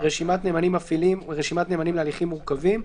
רשימת נאמנים מפעילים ורשימת נאמנים להליכים מורכבים.